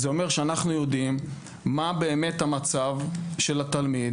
זה אומר שאנחנו יודעים מה באמת המצב של התלמיד,